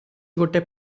ଗୋଟାଏ